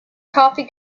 coffee